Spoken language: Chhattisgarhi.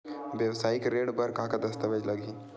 वेवसायिक ऋण बर का का दस्तावेज लगही?